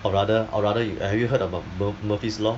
or rather or rather you have you heard of uh mur~ murphy's law